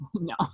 no